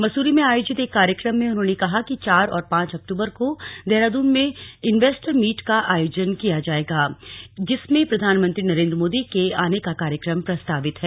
मसूरी में आयोजित एक कार्यक्रम में उन्होंने कहा कि चार और पांच अक्टूबर को देहरादून में इनवेस्टर मीट का आयोजन किया जाएगा जिसमें प्रधानमंत्री नरेन्द्र मोदी के आने का कार्यक्रम प्रस्तावित है